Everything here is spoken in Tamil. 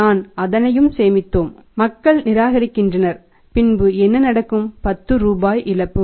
நான் அனைத்தையும் சேமித்தோம் மக்கள் நிராகரிக்கின்றனர் பின்பு என்ன நடக்கும் 10 ரூபாய் இழப்பு